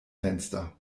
fenster